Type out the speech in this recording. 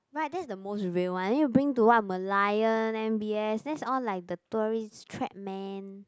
right that's the most real one then you bring to what Merlion M_B_S that's all like the tourist trap man